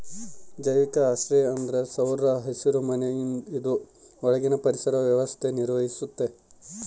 ಜೈವಿಕ ಆಶ್ರಯ ಅಂದ್ರ ಸೌರ ಹಸಿರುಮನೆ ಇದು ಒಳಗಿನ ಪರಿಸರ ವ್ಯವಸ್ಥೆ ನಿರ್ವಹಿಸ್ತತೆ